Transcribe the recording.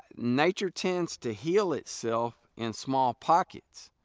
nature tends to heal itself in small pockets.